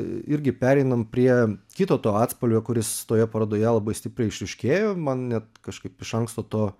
irgi pereinam prie kito to atspalvio kuris toje parodoje labai stipriai išryškėjo man net kažkaip iš anksto to